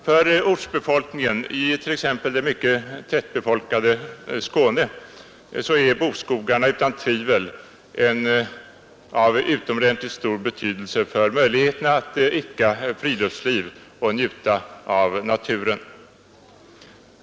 För ortsbefolkningen i t.ex. det mycket tättbefolkade Skåne är bokskogarna utan tvivel av utomordentligt stor betydelse för möjligheten att idka friluftsliv och njuta av naturen.